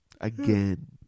again